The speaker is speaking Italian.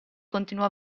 continuò